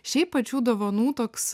šiaip pačių dovanų toks